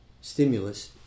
stimulus